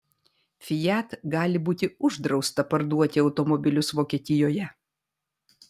fiat gali būti uždrausta parduoti automobilius vokietijoje